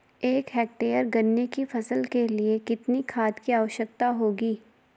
एक हेक्टेयर गन्ने की फसल के लिए कितनी खाद की आवश्यकता होगी?